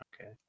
Okay